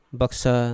baksa